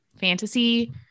fantasy